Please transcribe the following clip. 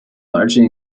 largely